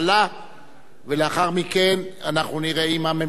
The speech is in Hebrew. אם הממשלה מסכימה ואיש מחברי הכנסת לא התנגד,